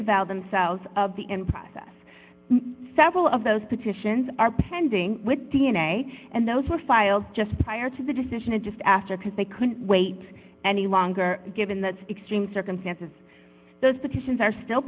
about themselves of the end process several of those petitions are pending with d n a and those were filed just prior to the decision and just after because they couldn't wait any longer given the extreme circumstances those petitions are still